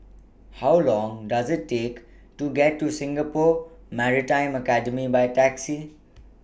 How Long Does IT Take to get to Singapore Maritime Academy By Taxi